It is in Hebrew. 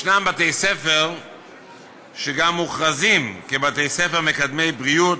יש בתי-ספר שגם מוכרזים כבתי-ספר מקדמי-בריאות,